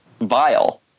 vile